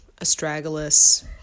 astragalus